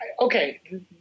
okay